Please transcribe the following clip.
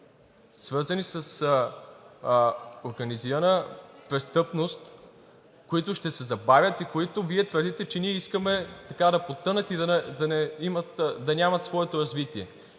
свързани с организираната престъпност, които ще се забавят и които Вие твърдите, че ние искаме да потънат и да нямат своето развитие?